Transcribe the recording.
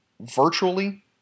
virtually